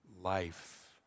life